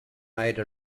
made